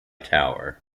tower